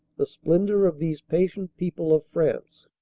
the splendor of these patient people of france.